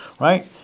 right